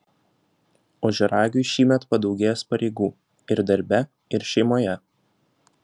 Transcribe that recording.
ožiaragiui šįmet padaugės pareigų ir darbe ir šeimoje